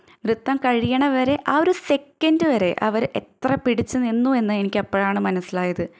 നൃത്തം കഴിയണ വരെ ആ ഒരു സെക്കൻഡ് വരെ അവർ എത്ര പിടിച്ചു നിന്നു എന്ന് എനിക്കപ്പോഴാണ് മനസ്സിലായത്